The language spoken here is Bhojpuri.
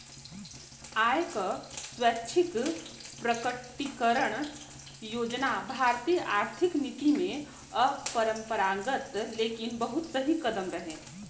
आय क स्वैच्छिक प्रकटीकरण योजना भारतीय आर्थिक नीति में अपरंपरागत लेकिन बहुत सही कदम रहे